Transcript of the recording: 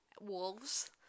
wolves